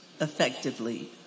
effectively